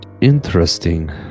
interesting